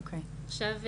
עכשיו,